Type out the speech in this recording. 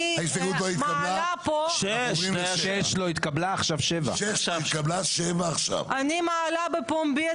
החוק הזה נובע ובא מתוך שנאה ונקמנות